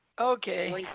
Okay